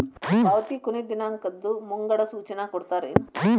ಪಾವತಿ ಕೊನೆ ದಿನಾಂಕದ್ದು ಮುಂಗಡ ಸೂಚನಾ ಕೊಡ್ತೇರೇನು?